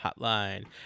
hotline